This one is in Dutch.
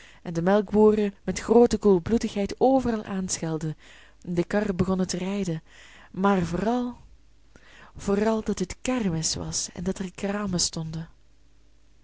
en de melkboeren met groote koelbloedigheid overal aanschelden en de karren begonnen te rijden maar vooral vooral dat het kermis was en dat er kramen stonden